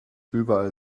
überall